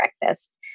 breakfast